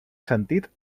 sentit